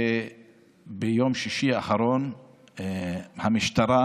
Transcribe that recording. ביום שישי האחרון המשטרה,